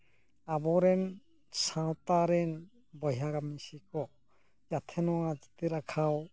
ᱟᱵᱚᱨᱮᱱ ᱥᱟᱶᱛᱟ ᱨᱤᱱ ᱵᱚᱭᱦᱟ ᱢᱤᱥᱤ ᱠᱚ ᱡᱟᱛᱷᱮ ᱱᱚᱣᱟ ᱪᱤᱛᱟᱹᱨ ᱟᱸᱠᱟᱣ